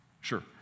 sure